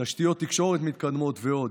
תשתיות תקשורת מתקדמות ועוד.